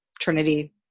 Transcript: Trinity